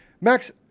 Max